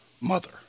Mother